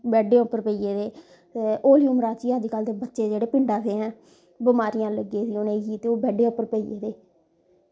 बैड्डे उप्पर पेई गेदे ते हौली उमरा च ई अजकल दे बच्चे जेह्ड़े पिंडा दे ऐ बमारियां लग्गी दियां उनेंगी ते ओह् बैड्डे उप्पर पेई गेदे